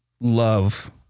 love